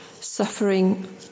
suffering